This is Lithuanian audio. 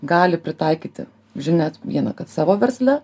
gali pritaikyti žinias viena kad savo versle